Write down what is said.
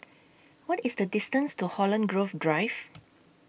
What IS The distance to Holland Grove Drive